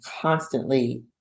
constantly